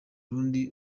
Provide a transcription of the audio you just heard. rundi